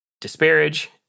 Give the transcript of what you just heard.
disparage